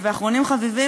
ואחרונים חביבים,